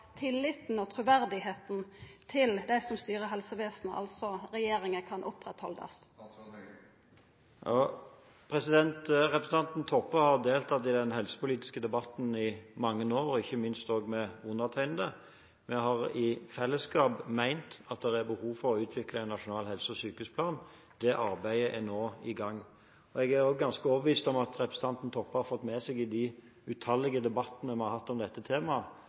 tilliten og truverdet til dei som styrer helsevesenet, altså regjeringa, kan oppretthaldast? Representanten Toppe har deltatt i den helsepolitiske debatten i mange år – ikke minst med meg. Vi har i fellesskap ment at det er behov for å utvikle en nasjonal helse- og sykehusplan. Det arbeidet er nå i gang. Jeg er også ganske overbevist om at representanten Toppe i de utallige debattene vi har hatt om dette temaet,